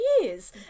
years